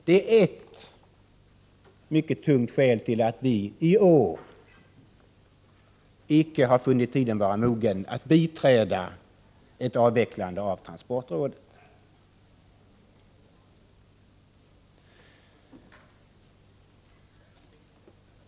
Det är ett mycket tungt skäl till att vi i år icke har funnit tiden vara mogen att biträda förslaget om avveckling av transportrådet.